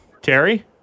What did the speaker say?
terry